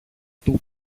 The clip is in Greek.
του